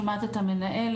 שומעת את המנהלת.